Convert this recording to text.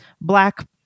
black